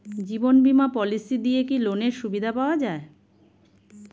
জীবন বীমা পলিসি দিয়ে কি লোনের সুবিধা পাওয়া যায়?